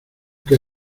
que